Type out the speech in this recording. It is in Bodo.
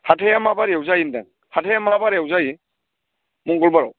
हाथाया मा बारायाव जायो होनदों हाथाया मा बारायाव जायो मंगलबाराव